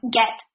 get